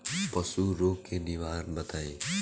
पशु रोग के निवारण बताई?